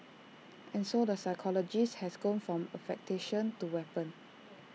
and so the psychologist has gone from affectation to weapon